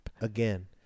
Again